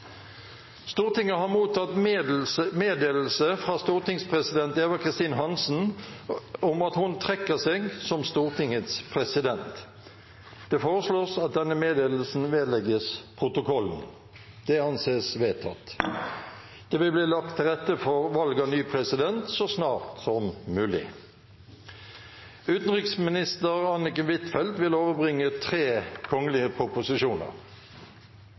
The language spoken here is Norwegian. Stortinget har mottatt meddelelse fra stortingspresident Eva Kristin Hansen om at hun trekker seg som Stortingets president. Det foreslås at denne meddelelsen vedlegges protokollen. – Det anses vedtatt. Det vil bli lagt til rette for valg av ny president så snart som mulig. Representanten Seher Aydar vil